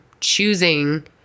choosing